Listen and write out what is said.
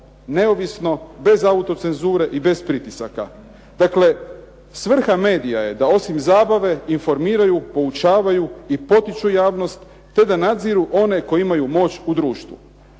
neovisno, bez autocenzure i bez pritisaka. Dakle svrha medija je da osim zabave informiraju, poučavaju i potiču javnost, te da nadziru one koji imaju moć u društvu.